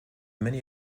many